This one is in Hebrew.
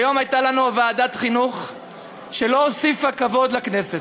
היום הייתה לנו ישיבת ועדת החינוך שלא הוסיפה כבוד לכנסת,